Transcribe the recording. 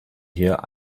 hier